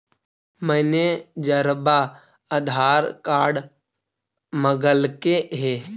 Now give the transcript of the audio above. मैनेजरवा आधार कार्ड मगलके हे?